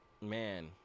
man